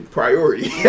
priority